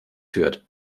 führt